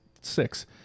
six